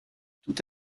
toute